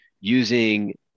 using